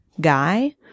guy